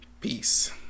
Peace